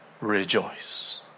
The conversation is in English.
rejoice